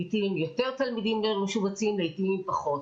לעיתים עם יותר תלמידים לא משובצים ולעיתים עם פחות.